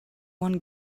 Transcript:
one